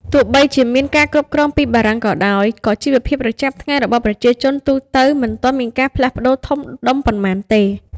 ទោះបីជាមានការគ្រប់គ្រងពីបារាំងក៏ដោយ ក៏ជីវភាពប្រចាំថ្ងៃរបស់ប្រជាជនទូទៅមិនទាន់មានការផ្លាស់ប្ដូរធំដុំប៉ុន្មានទេ។